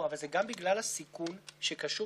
התוכנית